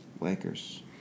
Lakers